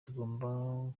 tugomba